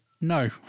no